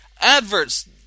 adverts